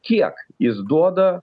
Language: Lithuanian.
kiek jis duoda